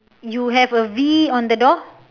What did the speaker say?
you have a V on the door